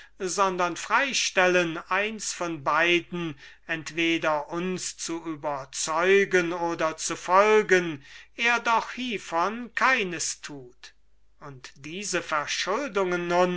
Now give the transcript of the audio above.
sondern freistellen eins von beiden entweder uns zu überzeugen oder uns zu folgen er doch hiervon keines tut und diese verschuldungen